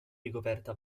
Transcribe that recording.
ricoperta